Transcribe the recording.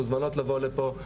מוזמנות לבוא לפה.